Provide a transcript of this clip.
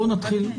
נקרא את ההכרזה.